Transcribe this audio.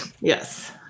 Yes